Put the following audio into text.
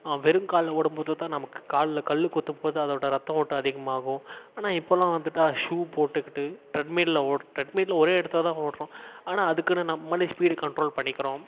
வெறும் காலில் ஓடும்போதுதான் நமக்கு காலில் கல்லு குத்தும்போது அதோடய ரத்த ஓட்டம் அதிகமாகும் ஆனால் இப்போலாம் வந்துட்டால் ஷூ போட்டுக்கிட்டு ட்ரெட்மில்லில் ட்ரெட்மில்லில் ஒரே இடத்தில்தான் ஓடுறோம் ஆனால் அதுக்குனு நம்மளே ஸ்பீடு கன்ட்ரோல் பண்ணிக்கிறோம்